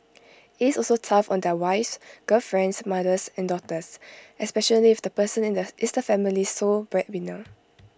IT is also tough on their wives girlfriends mothers and daughters especially if the person in the is the family's sole breadwinner